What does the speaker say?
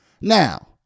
Now